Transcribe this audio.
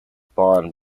bond